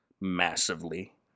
Massively